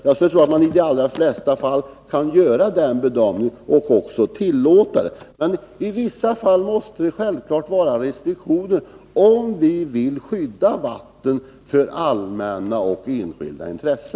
Jag tror att man i de allra flesta fall kan tillåta bevattning, men i vissa fall måste det självfallet införas restriktioner, om vi vill skydda vattnen, i allmänt och enskilt intresse.